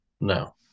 No